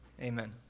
amen